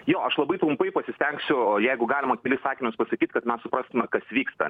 jo aš labai trumpai pasistengsiu jeigu galima kelis sakinius pasakyt kad mes suprastume kas vyksta